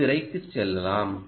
என் திரைக்கு செல்லலாம்